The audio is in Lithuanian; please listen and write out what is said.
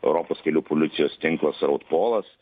europos kelių policijos tinklas raud polas